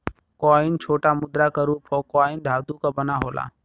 coin छोटा मुद्रा क रूप हौ कॉइन धातु क बना होला